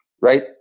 right